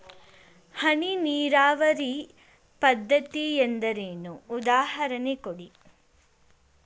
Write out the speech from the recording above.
ಹನಿ ನೀರಾವರಿ ಪದ್ಧತಿ ಎಂದರೇನು, ಉದಾಹರಣೆ ಕೊಡಿ?